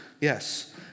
yes